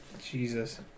Jesus